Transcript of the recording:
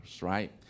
right